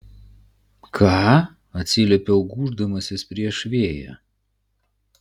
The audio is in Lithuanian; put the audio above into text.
ką atsiliepiau gūždamasis prieš vėją